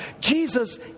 Jesus